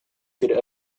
could